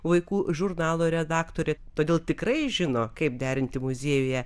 vaikų žurnalo redaktorė todėl tikrai žino kaip derinti muziejuje